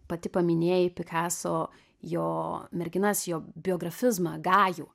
pati paminėjai pikaso jo merginas jo biografizmą gajų